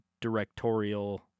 directorial